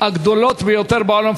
הגדולה ביותר בעולם,